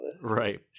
Right